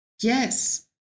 Yes